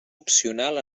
opcional